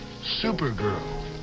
Supergirl